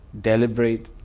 deliberate